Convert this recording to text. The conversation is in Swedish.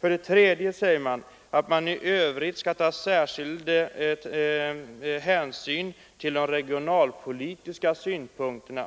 För det tredje säger man att i övrigt särskild hänsyn skall tas till regionalpolitiska synpunkter.